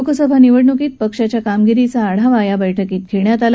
लोकसभा निवडणुकीत पक्षाच्या कामगिरीचा आढावा या बैठकीत घेण्यात आला